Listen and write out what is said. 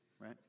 right